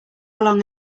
along